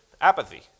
apathy